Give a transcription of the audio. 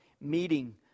meeting